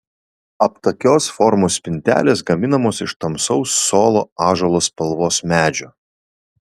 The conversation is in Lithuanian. aptakios formos spintelės gaminamos iš tamsaus solo ąžuolo spalvos medžio